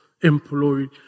employed